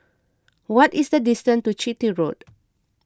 what is the distance to Chitty Road